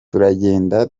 turagenda